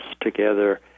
together